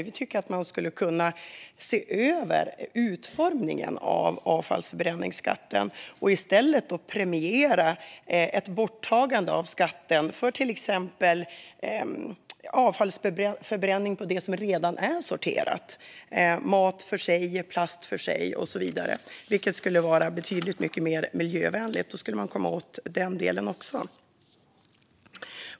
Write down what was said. Vi tycker att man skulle kunna se över utformningen av denna skatt och i stället för att ta bort skatten för avfallsförbränning premiera det som redan är sorterat - mat för sig, plast för sig och så vidare. Det skulle vara betydligt mer miljövänligt. Då skulle man komma åt den delen också.